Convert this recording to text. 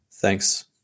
Thanks